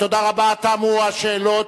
תודה רבה, תמו השאלות,